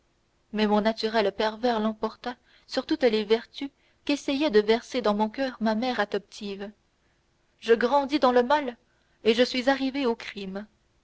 mais mon naturel pervers l'emporta sur toutes les vertus qu'essayait de verser dans mon coeur ma mère adoptive je grandis dans le mal et je suis arrivé au crime